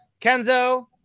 Kenzo